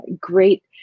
great